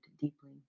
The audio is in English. deeply